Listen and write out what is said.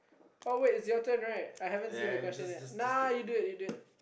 oh wait it's your turn right I haven't seen the question yet nah you do it you do it